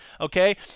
okay